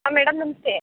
ಹಾಂ ಮೇಡಮ್ ನಮಸ್ತೆ